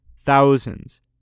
thousands